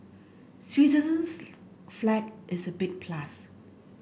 Switzerland's flag is a big plus